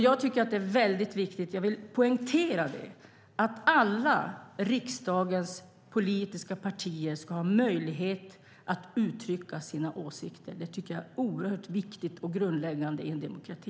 Jag tycker att det är väldigt viktigt - jag vill poängtera det - att alla riksdagens politiska partier ska ha möjlighet att uttrycka sina åsikter. Det tycker jag är oerhört viktigt och grundläggande i en demokrati.